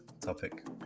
topic